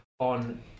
on